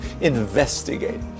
investigate